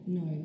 no